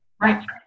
right